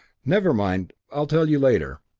never mind. i'll tell you later.